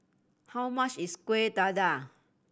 how much is Kuih Dadar